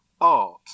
art